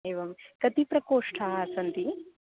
एवं कति प्रकोष्ठाः सन्ति